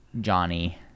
Johnny